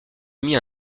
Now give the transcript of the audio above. émis